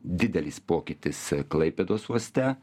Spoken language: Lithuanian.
didelis pokytis klaipėdos uoste